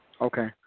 Okay